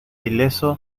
ileso